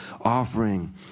offering